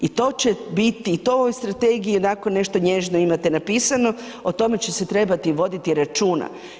I to će biti i to u ovoj strategiji onako nešto nježno imate napisano, o tome će se trebati voditi računa.